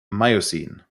miocene